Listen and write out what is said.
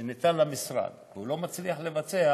שניתן למשרד והוא לא מצליח לבצע,